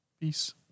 Peace